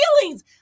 feelings